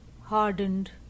hardened